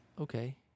Okay